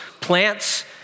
plants